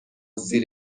زیر